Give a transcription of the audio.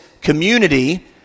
community